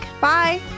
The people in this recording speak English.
Bye